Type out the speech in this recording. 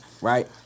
right